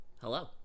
Hello